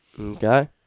Okay